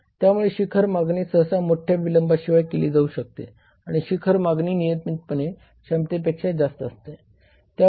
त्यामुळे शिखर मागणी सहसा मोठ्या विलंबाशिवाय केली जाऊ शकते आणि शिखर मागणी नियमितपणे क्षमतेपेक्षा जास्त असते